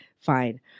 fine